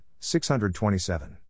627